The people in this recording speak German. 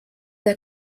der